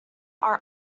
our